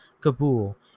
Kabul